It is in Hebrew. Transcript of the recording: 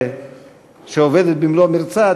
שעובדת במלוא מרצה,